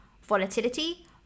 volatility